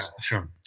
sure